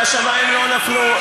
והשמים לא נפלו.